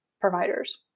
providers